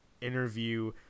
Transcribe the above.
interview